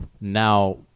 now